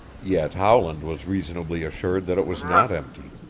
yet howland was reasonably assured that it was not empty.